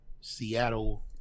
Seattle